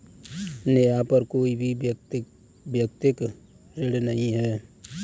नेहा पर कोई भी व्यक्तिक ऋण नहीं है